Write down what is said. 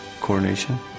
coronation